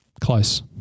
Close